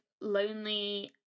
lonely